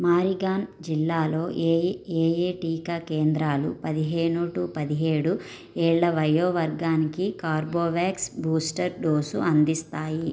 మారిగాన్ జిల్లాలో ఏవి ఏయే టీకా కేంద్రాలు పదిహేను టూ పదిహేడు ఏళ్ళ వయో వర్గానికి కార్బ్వ్యాక్స్ బూస్టర్ డోసు అందిస్తాయి